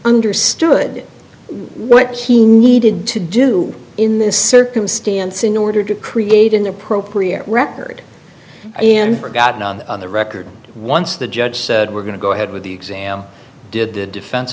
understood what he needed to do in this circumstance in order to create an appropriate record and forgotten on the record once the judge said we're going to go ahead with the exam did the defen